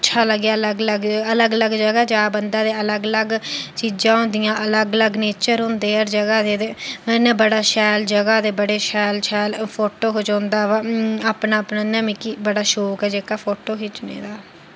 अच्छा लग्गेआ अलग अलग अलग अलग जगह जा बंदा ते अलग अलग चीज़ां होंदियां अलग अलग नेचर होंदे हर जगह दे ते इ'यां बड़ा शैल जगह ते बड़े शैल शैल फोटो खचोंदा ते अपना अपना इ'यां मिकी बड़ा शौक ऐ जेह्का फोटो खिच्चने दा